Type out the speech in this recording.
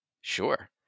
Sure